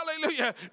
Hallelujah